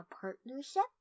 partnership